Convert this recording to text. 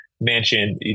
mansion